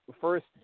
first